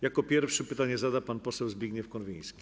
Jako pierwszy pytanie zada pan poseł Zbigniew Konwiński.